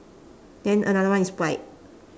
then another one is white